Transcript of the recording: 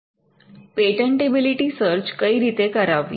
patentability search કઈ રીતે કરાવવી